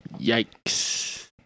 Yikes